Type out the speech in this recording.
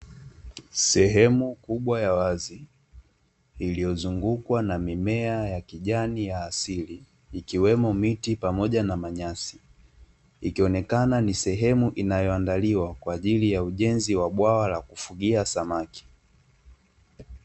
Sehemu kubwa ya wazi, iliyozungukwa na mimea ya kijani ya asili, ikiwemo miti pamoja na manyasi, ikionekana ni sehemu inayoandaliwa kwa ajili ya ujenzi wa bwawa la kufugia samaki.